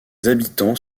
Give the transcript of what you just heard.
habitants